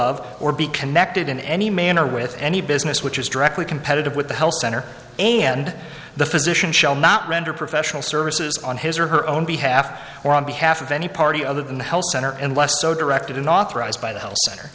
of or be connected in any manner with any business which is directly competitive with the health center and the physician shall not render professional services on his or her own behalf or on behalf of any party other than health center and less so directed in authorized by the health center